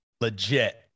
legit